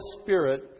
spirit